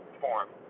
form